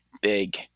big